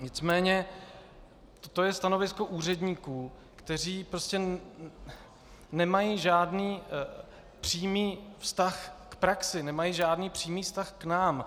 Nicméně toto je stanovisko úředníků, kteří prostě nemají žádný přímý vztah k praxi, nemají žádný přímý vztah k nám.